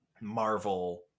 Marvel